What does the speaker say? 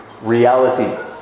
reality